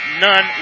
None